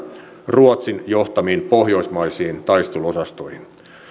ruotsin johtamiin pohjoismaisiin taisteluosastoihin